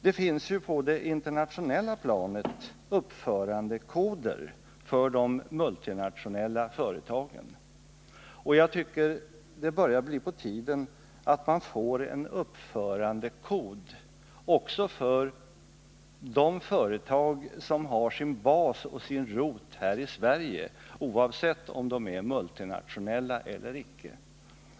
Det finns ju på det internationella planet uppförandekoder för de multinationella företagen. Jag tycker det börjar bli på tiden att vi får en uppförandekod också för de företag som har sin bas och rot här i Sverige, oavsett om de är multinationella eller inte.